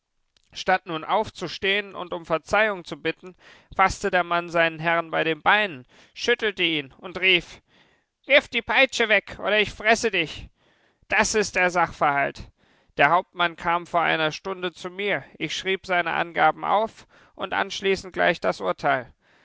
statt nun aufzustehen und um verzeihung zu bitten faßte der mann seinen herrn bei den beinen schüttelte ihn und rief wirf die peitsche weg oder ich fresse dich das ist der sachverhalt der hauptmann kam vor einer stunde zu mir ich schrieb seine angaben auf und anschließend gleich das urteil